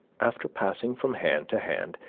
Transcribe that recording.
after passing from hand to hand,